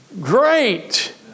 Great